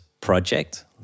project